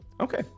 Okay